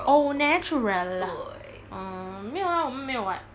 oo 没有啊我们没有 [what]